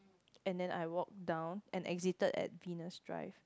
and then I walk down and exited at Venus Drive